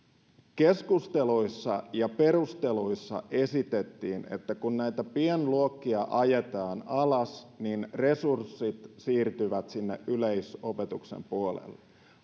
keskusteluissa ja perusteluissa esitettiin että kun näitä pienluokkia ajetaan alas niin resurssit siirtyvät sinne yleisopetuksen puolelle